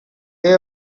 they